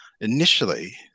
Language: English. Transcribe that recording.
initially